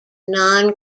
non